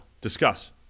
discuss